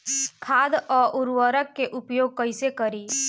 खाद व उर्वरक के उपयोग कईसे करी?